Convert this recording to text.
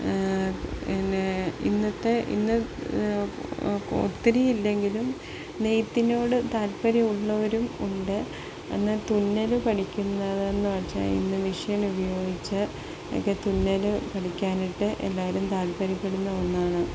പിന്നെ ഇന്നത്തെ ഇന്ന് ഒത്തിരിയില്ലെങ്കിലും നെയ്ത്തിനോട് താല്പര്യമള്ളവരുമുണ്ട് എന്നാല് തുന്നല് പഠിക്കുന്നതെന്ന് വെച്ചാല് ഇന്ന് മെഷ്യന് ഉപയോഗിച്ചൊക്കെ തുന്നല് പഠിക്കാനായിട്ട് എല്ലാവരും താല്പര്യപ്പെടുന്ന ഒന്നാണ്